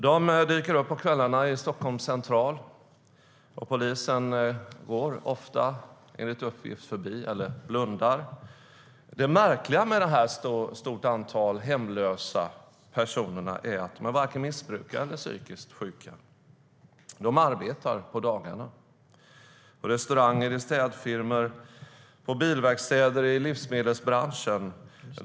De dyker upp på kvällarna på Stockholms central, och polisen blundar enligt uppgift för det här. Det märkliga med det här stora antalet hemlösa personer är att de varken missbrukar eller är psykiskt sjuka. De arbetar på dagarna på restauranger, städfirmor, bilverkstäder eller i livsmedelsbranschen.